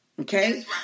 Okay